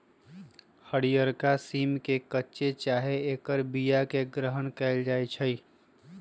हरियरका सिम के कच्चे चाहे ऐकर बियाके ग्रहण कएल जाइ छइ